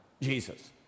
Jesus